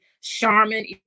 Charmin